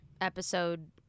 episode